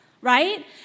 right